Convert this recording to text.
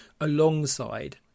alongside